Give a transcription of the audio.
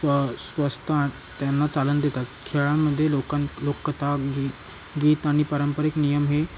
स्व स्वस्थता त्यांना चालना देतात खेळामध्ये लोकां लोककथा गी गीत आणि पारंपरिक नियम हे